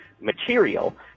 material